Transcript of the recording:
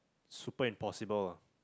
super impossible